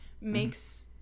makes